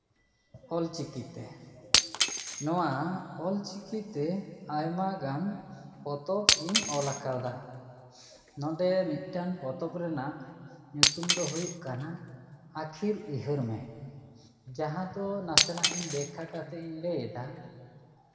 ᱚᱞᱪᱤᱠᱤᱛᱮ ᱱᱚᱣᱟ ᱚᱞᱪᱤᱠᱤᱛᱮ ᱟᱭᱢᱟ ᱜᱟᱱ ᱯᱚᱛᱚᱵᱽ ᱤᱧ ᱚᱞ ᱟᱠᱟᱫᱟ ᱱᱚᱸᱰᱮ ᱢᱤᱫᱴᱟᱱ ᱯᱚᱛᱚᱵᱽ ᱨᱮᱱᱟᱜ ᱧᱩᱛᱩᱢ ᱫᱚ ᱦᱩᱭᱩᱜ ᱠᱟᱱᱟ ᱟᱹᱠᱷᱤᱨ ᱩᱭᱦᱟᱹᱨ ᱢᱮ ᱡᱟᱦᱟᱸ ᱫᱚ ᱱᱟᱥᱮᱱᱟᱜ ᱤᱧ ᱵᱮᱠᱠᱷᱟ ᱠᱟᱛᱮᱜ ᱤᱧ ᱞᱟᱹᱭᱮᱫᱟ